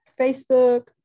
Facebook